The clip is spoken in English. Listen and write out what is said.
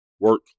work